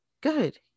Good